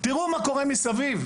תיראו מה קורה מסביב,